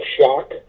shock